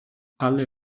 alle